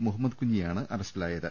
മുഹമ്മദ് കുഞ്ഞിയാണ് അറസ്റ്റിലായ ത്